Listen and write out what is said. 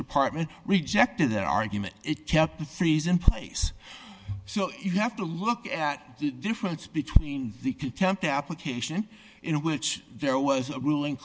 department rejected their argument it kept the freeze in place so you have to look at the difference between the contempt application in which there was a ruling